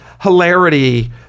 hilarity